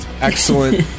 excellent